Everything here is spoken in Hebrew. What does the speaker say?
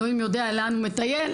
אלוקים יודע לאן הוא מטייל.